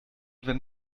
wenn